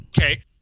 Okay